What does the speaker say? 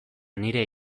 nire